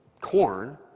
Corn